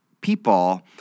people